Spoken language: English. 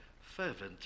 fervently